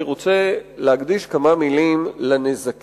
פה אני רוצה להקדיש כמה מלים לנזקים